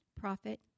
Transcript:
prophet